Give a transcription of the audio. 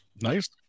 Nice